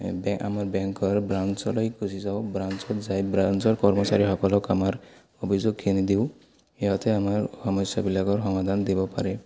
বে আমাৰ বেংকৰ ব্ৰাঞ্চলৈ গুচি যাওঁ ব্ৰাঞ্চত যায় ব্ৰাঞ্চৰ কৰ্মচাৰীসকলক আমাৰ অভিযোগখিনি দিওঁ সিহঁতে আমাৰ সমস্যাবিলাকৰ সমাধান দিব পাৰে